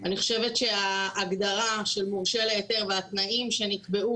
אני חושבת שההגדרה של מורשה להיתר והתנאים שנקבעו